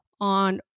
on